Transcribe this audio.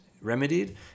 remedied